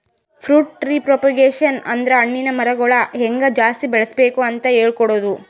fruit tree propagation ಅಂದ್ರ ಹಣ್ಣಿನ್ ಮರಗೊಳ್ ಹೆಂಗ್ ಜಾಸ್ತಿ ಬೆಳಸ್ಬೇಕ್ ಅಂತ್ ಹೇಳ್ಕೊಡದು